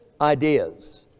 ideas